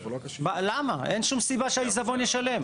אין שום סיבה שהעיזבון ישלם.